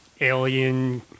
Alien